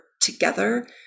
together